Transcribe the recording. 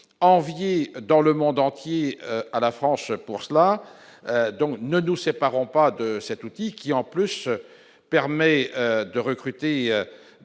enviée dans le monde entier à la France, pour cela, donc ne nous séparons pas de cet outil, qui en plus permet de recruter dans